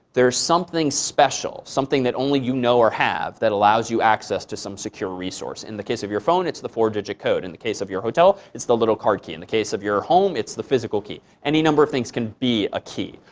there is something special something that only you know or have that allows you access to some secure resource. in the case of your phone, it's the four digit code. in the case of your hotel, it's the little card key. in the case of your home, it's the physical key. any number of things can be a key.